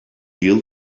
yıl